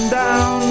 down